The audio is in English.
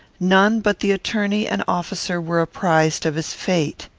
none but the attorney and officer were apprized of his fate.